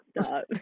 Stop